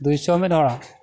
ᱫᱩᱭᱥᱚ ᱢᱤᱫ ᱦᱚᱲ